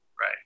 right